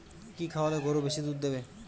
কি খাওয়ালে গরু বেশি দুধ দেবে?